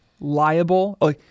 liable